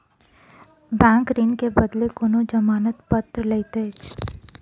bank ऋण के बदले कोनो जमानत पत्र लैत अछि